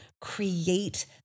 create